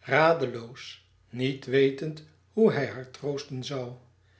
radeloos niet wetend hoe hij haar troosten zoû